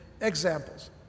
examples